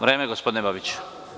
Vreme gospodine Babiću.